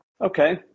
okay